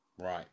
Right